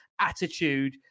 attitude